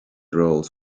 roles